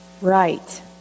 Right